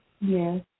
Yes